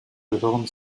gehören